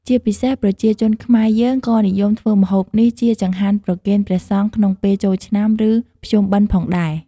ជាពិសេស ប្រជាជនខ្មែរយើងក៏និយមធ្វើម្ហូបនេះជាចង្ហាន់ប្រគេនព្រះសង្ឃក្នុងពេលចូលឆ្នាំ ឬ ភ្ជុំបិណ្ឌផងដែរ។